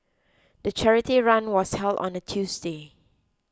the charity run was held on a Tuesday